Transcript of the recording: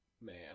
man